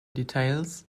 details